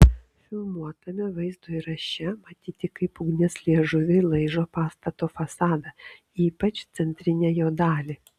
filmuotame vaizdo įraše matyti kaip ugnies liežuviai laižo pastato fasadą ypač centrinę jo dalį